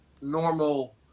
normal